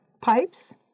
pipes